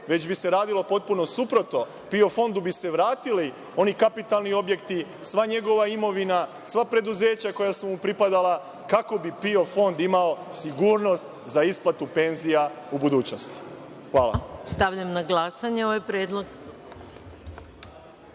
već bi se radilo potpuno suprotno, PIO fondu bi se vratili oni kapitalni objekti, sva njegova imovina, sva preduzeća koja su mu pripadala, kako bi PIO fond imao sigurnost za isplatu penzija u budućnosti. Hvala. **Maja Gojković** Stavljam na glasanje ovaj